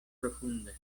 profunde